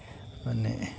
মানে